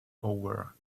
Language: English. over